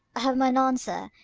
i have mine answer,